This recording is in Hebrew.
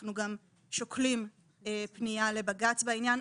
אנחנו גם שוקלים פנייה לבג"צ בעניין.